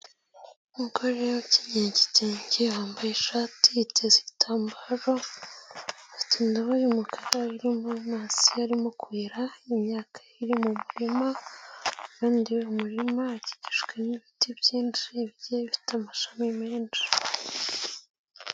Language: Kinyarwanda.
Umugore ukenyeye igitenge, wambaye ishati, yiteza igitambaro, afite indobo y'umukara irimo amazi arimo kuhira imyaka iri mu murima, impande y'uwo murima hakikijwe n'ibiti byinshi bigiye bifite amashami menshi.